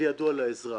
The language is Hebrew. וידוע לאזרח.